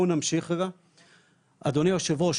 אדוני היו"ר,